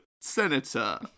senator